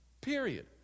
Period